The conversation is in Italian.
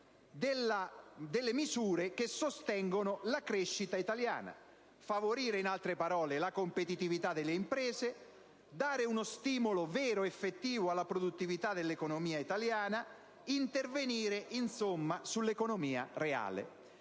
delle misure che sostengono la crescita italiana: favorire la competitività delle imprese, dare uno stimolo effettivo alla produttività dell'economia italiana, intervenire dunque sull'economia reale.